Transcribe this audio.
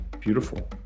beautiful